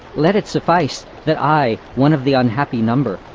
let it suffice that i one of the unhappy number,